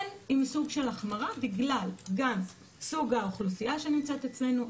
כן עם סוג של החמרה גם בגלל סוג האוכלוסייה שנמצאת אצלנו,